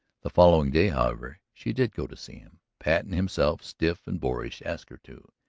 the following day, however, she did go to see him. patten himself, stiff and boorish, asked her to.